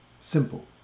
simple